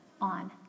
on